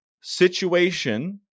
situation